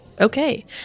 Okay